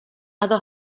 other